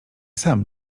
sam